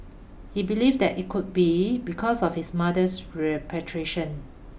he believed that it could be because of his mother's repatriation